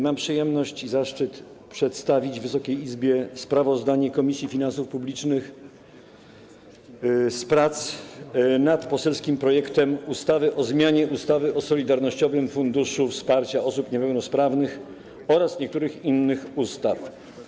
Mam przyjemność i zaszczyt przedstawić Wysokiej Izbie sprawozdanie Komisji Finansów Publicznych z prac nad poselskim projektem ustawy o zmianie ustawy o Solidarnościowym Funduszu Wsparcia Osób Niepełnosprawnych oraz niektórych innych ustaw.